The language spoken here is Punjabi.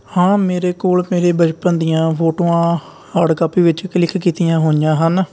ਹਾਂ ਮੇਰੇ ਕੋਲ ਮੇਰੇ ਬਚਪਨ ਦੀਆਂ ਫੋਟੋਆਂ ਹਾਰਡ ਕਾਪੀ ਵਿੱਚ ਕਲਿਕ ਕੀਤੀਆਂ ਹੋਈਆਂ ਹਨ